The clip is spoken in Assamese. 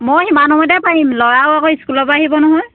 মই সিমান সময়তে পাৰিম ল'ৰাও আকৌ স্কুলৰ পৰা আহিব নহয়